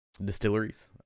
distilleries